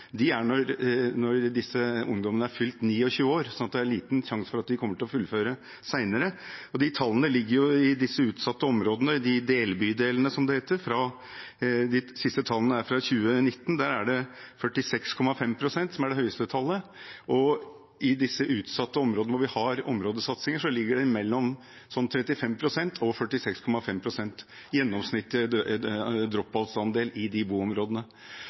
når disse ungdommene har fylt 29 år, slik at det er liten sjanse for at de kommer til å fullføre senere. De tallene gjelder disse utsatte områdene, de delbydelene, som det heter. De siste tallene er fra 2019. Der er det 46,5 pst. som er det høyeste tallet, og i disse utsatte områdene hvor vi har områdesatsinger, ligger gjennomsnittlig andel drop-out på mellom 35 pst. og 46,5 pst. i de boområdene.